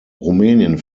rumänien